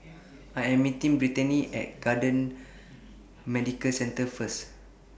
I Am meeting Brittanie At Camden Medical Centre First